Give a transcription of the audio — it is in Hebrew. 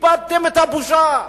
איבדתם את הבושה,